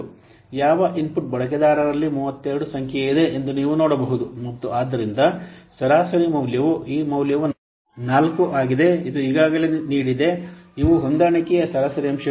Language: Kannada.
ಯಾವ ಇನ್ಪುಟ್ ಬಳಕೆದಾರರಲ್ಲಿ 32 ಸಂಖ್ಯೆಯಿದೆ ಎಂದು ನೀವು ನೋಡಬಹುದು ಮತ್ತು ಆದ್ದರಿಂದ ಸರಾಸರಿ ಮೌಲ್ಯವು ಈ ಮೌಲ್ಯವು 4 ಆಗಿದೆ ಇದು ಈಗಾಗಲೇ ನೀಡಿದೆ ಇವು ಹೊಂದಾಣಿಕೆಯ ಸರಾಸರಿ ಅಂಶಗಳು